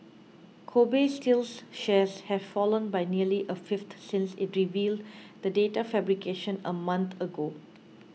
Kobe Steel's shares have fallen by nearly a fifth since it revealed the data fabrication a month ago